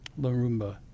Larumba